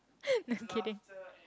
no kidding